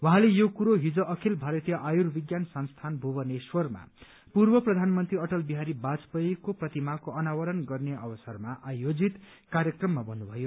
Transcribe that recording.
उहाँले यो कुरो हिज अखिल भारतीय आयुर्विज्ञान संस्थान भुवनेश्वरमा पूर्व प्रधानमन्त्री अटल बिहारी बाजपेयीको प्रतिमाको अनावरण गर्ने अवसरमा आयोजित कार्यक्रममा भन्नुभयो